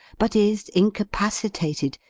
but is incapacitated,